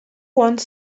one